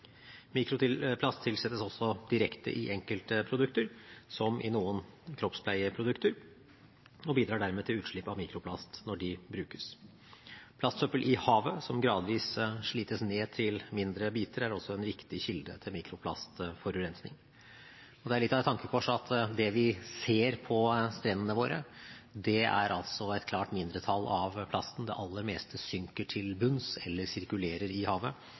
tilsettes også direkte i enkelte produkter, som i noen kroppspleieprodukter, og bidrar dermed til utslipp av mikroplast når de brukes. Plastsøppel i havet, som gradvis slites ned til mindre biter, er også en viktig kilde til mikroplastforurensning. Det er litt av et tankekors at det vi ser på strendene våre, er klart det minste av plasten – det aller meste synker til bunns eller sirkulerer i havet,